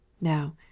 Now